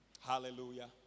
Hallelujah